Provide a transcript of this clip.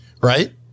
Right